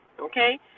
Okay